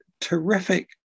terrific